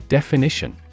Definition